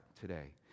today